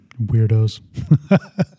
weirdos